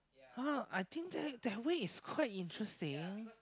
!huh! I think that that way is quite interesting